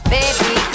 Baby